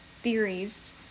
theories